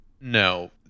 No